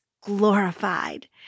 glorified